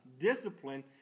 discipline